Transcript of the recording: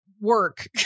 work